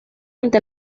ante